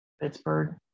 Pittsburgh